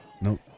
Nope